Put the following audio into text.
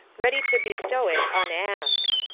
ready to bestow it unasked.